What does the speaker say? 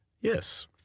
Yes